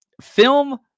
film